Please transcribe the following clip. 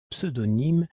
pseudonyme